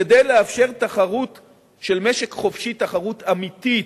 כדי לאפשר תחרות של משק חופשי, תחרות אמיתית,